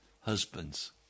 husbands